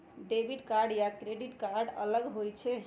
Debit card या credit card अलग होईछ ई?